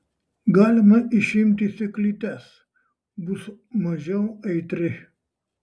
galima išimti sėklytes bus mažiau aitri